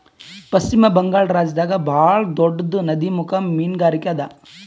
ಪಶ್ಚಿಮ ಬಂಗಾಳ್ ರಾಜ್ಯದಾಗ್ ಭಾಳ್ ದೊಡ್ಡದ್ ನದಿಮುಖ ಮೀನ್ಗಾರಿಕೆ ಅದಾ